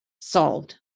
solved